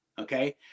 Okay